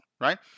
right